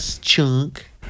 chunk